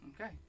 Okay